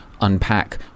unpack